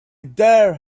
dare